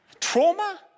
trauma